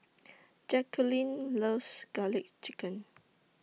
Jacquelyn loves Garlic Chicken